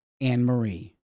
Anne-Marie